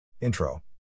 Intro